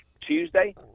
tuesday